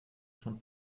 von